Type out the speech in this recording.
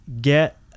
get